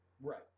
Right